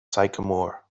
sycamore